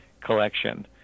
collection